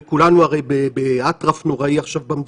וכולנו הרי באטרף נוראי עכשיו במדינה.